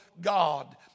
God